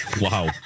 Wow